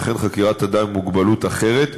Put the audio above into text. וכן חקירת אדם עם מוגבלות אחרת.